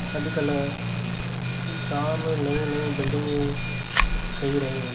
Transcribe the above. अॼुकल्ह जाम नयूं नयूं बिल्डिंगियूं ठही रहियूं आहिनि